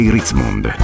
Ritzmond